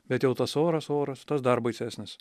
bet jau tas oras oras dar baisesnis